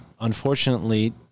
unfortunately